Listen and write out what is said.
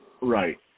Right